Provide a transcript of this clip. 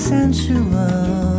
Sensual